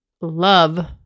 love